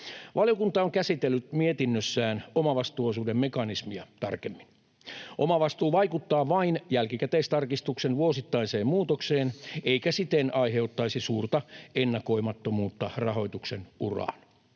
Valiokunta on käsitellyt mietinnössään omavastuuosuuden mekanismia tarkemmin. Omavastuu vaikuttaa vain jälkikäteistarkistuksen vuosittaiseen muutokseen eikä siten aiheuttaisi suurta ennakoimattomuutta rahoituksen uraan.